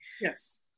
yes